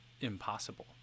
impossible